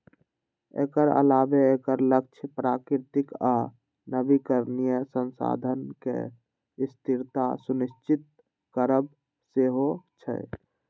एकर अलावे एकर लक्ष्य प्राकृतिक आ नवीकरणीय संसाधनक स्थिरता सुनिश्चित करब सेहो छै